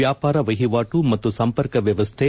ವ್ಯಾಪಾರ ವಹಿವಾಟು ಮತ್ತು ಸಂಪರ್ಕ ವ್ಯವಸ್ಥೆ